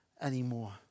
anymore